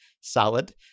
solid